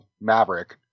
Maverick